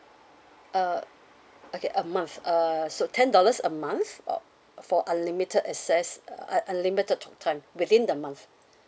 uh okay a month uh so ten dollars a month about for unlimited access uh un~ unlimited talk time within the month